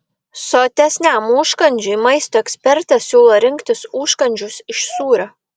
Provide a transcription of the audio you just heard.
sotesniam užkandžiui maisto ekspertė siūlo rinktis užkandžius iš sūrio